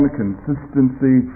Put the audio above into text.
consistency